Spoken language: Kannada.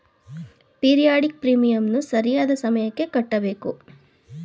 ಪೀರಿಯಾಡಿಕ್ ಪ್ರೀಮಿಯಂನ್ನು ಸರಿಯಾದ ಸಮಯಕ್ಕೆ ಕಟ್ಟಬೇಕು